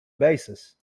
basis